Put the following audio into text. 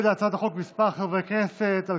להתנגד להצעת החוק כמה חברי כנסת,